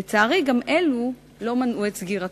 לצערי, גם אלו לא מנעו את סגירתו.